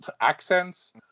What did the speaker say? accents